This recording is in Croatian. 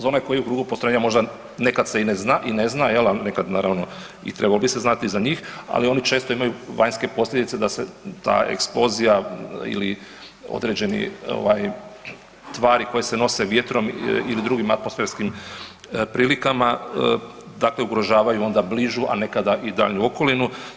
Za one koji u krugu postrojenja možda nekad se i ne zna, a nekad naravno i trebalo bi se znati za njih ali oni često imaju vanjske posljedice da se ta eksplozija ili određene tvari koje se nose vjetrom ili drugim atmosferskim prilikama dakle ugrožavaju onda nekada bližu i daljnju okolinu.